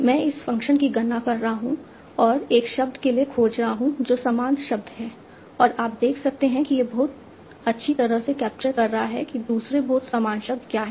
मैं इस फ़ंक्शन की गणना कर रहा हूं और एक शब्द के लिए खोज रहा हूं जो समान शब्द हैं और आप देख सकते हैं कि यह बहुत अच्छी तरह से कैप्चर कर रहा है कि दूसरे बहुत समान शब्द क्या हैं